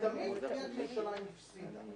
ותמיד עיריית ירושלים הפסידה.